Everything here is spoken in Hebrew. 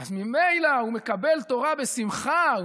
אז ממילא הוא מקבל תורה בשמחה,